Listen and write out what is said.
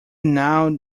now